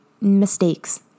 mistakes